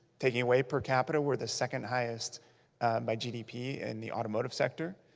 taking away per capita, we're the second highest by gdp in the automotive sector.